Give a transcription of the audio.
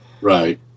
right